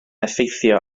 effeithio